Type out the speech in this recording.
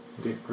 Okay